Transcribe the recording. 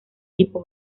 tipo